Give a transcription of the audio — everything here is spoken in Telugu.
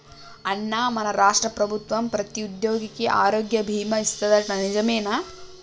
అన్నా మన రాష్ట్ర ప్రభుత్వం ప్రతి ఉద్యోగికి ఆరోగ్య బీమా ఇస్తాదట నిజమేనా